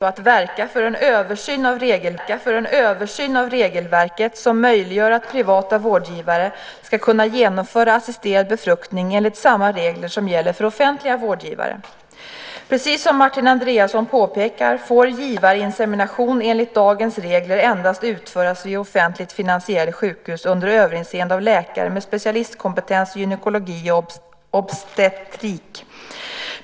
Herr talman! Martin Andreasson har frågat mig om jag är redo att verka för en översyn av regelverket som möjliggör att privata vårdgivare ska kunna genomföra assisterad befruktning enligt samma regler som gäller för offentliga vårdgivare. Precis som Martin Andreasson påpekar får givarinsemination enligt dagens regler endast utföras vid offentligt finansierade sjukhus under överinseende av läkare med specialistkompetens i gynekologi och obstetrik.